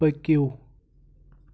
پٔکِو